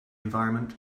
environment